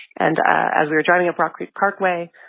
and as we were driving up rock creek parkway,